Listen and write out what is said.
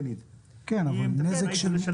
אם הרכב עשה תאונה רצינית.